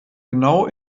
genau